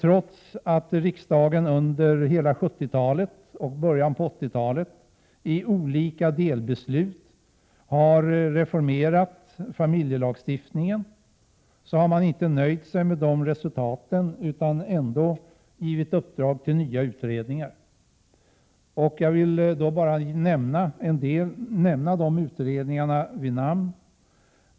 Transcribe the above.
Trots att riksdagen under hela 70-talet och början av 80-talet genom olika delbeslut har reformerat familjelagstiftningen, har man inte nöjt sig med de resultaten utan ändå gett uppdrag till nya utredningar. Jag vill också nämna de utredningarna vid namn.